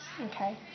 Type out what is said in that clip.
Okay